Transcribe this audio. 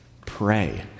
Pray